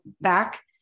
back